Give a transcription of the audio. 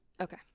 Okay